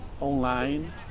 online